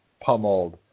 pummeled